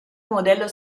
modello